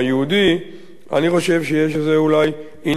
אני חושב שיש אולי איזה עניין עיוני בכך